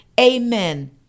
amen